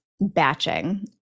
batching